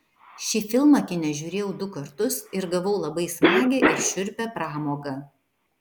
šį filmą kine žiūrėjau du kartus ir gavau labai smagią ir šiurpią pramogą